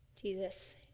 Jesus